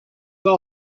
all